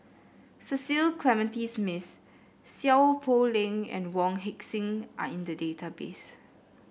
Cecil Clementi Smith Seow Poh Leng and Wong Heck Sing are in the database